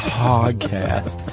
podcast